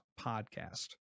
podcast